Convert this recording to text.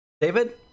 David